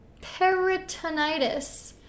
peritonitis